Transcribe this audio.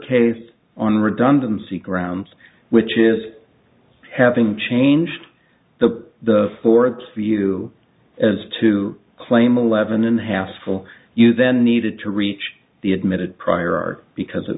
case on redundancy grounds which is having changed the the for its view as to claim eleven and a half full you then needed to reach the admitted prior art because